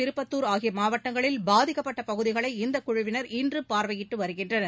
திருப்பத்தூர் ஆகிய மாவட்டங்களில் பாதிக்கப்பட்ட பகுதிகளை இந்த குழுவினர் இன்று பார்வையிட்டு வருகின்றனர்